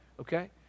okay